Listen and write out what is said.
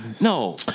No